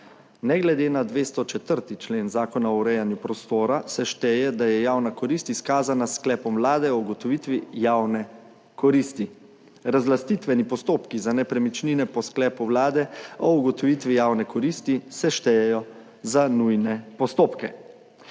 Ne glede na 204. člen Zakona o urejanju prostora se šteje, da je javna korist izkazana s sklepom Vlade o ugotovitvi javne koristi. Razlastitveni postopki za nepremičnine po sklepu vlade o ugotovitvi javne koristi se štejejo za nujne postopke.